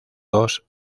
dos